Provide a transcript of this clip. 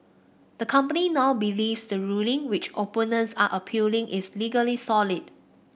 the company now believes the ruling which opponents are appealing is legally solid